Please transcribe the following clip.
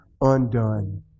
undone